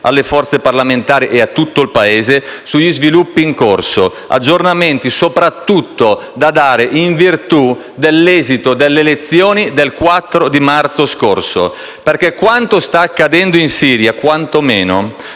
alle forze parlamentari e a tutto il Paese sugli sviluppi in corso, aggiornamenti da dare soprattutto in virtù dell'esito delle elezioni del 4 marzo scorso. Infatti, quanto sta accadendo in Siria ci mette